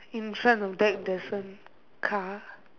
in front of that there's a car